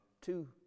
two